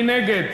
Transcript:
מי נגד?